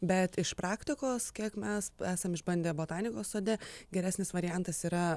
bet iš praktikos kiek mes esam išbandę botanikos sode geresnis variantas yra